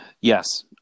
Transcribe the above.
Yes